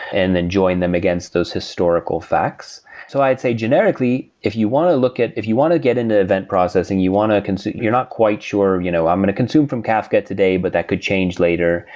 and then join them against those historical facts. so i'd say generically, if you want to look at if you want to get into event processing, you want to you're not quite sure, you know i'm going to consume from kafka today, but that could change later,